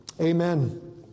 Amen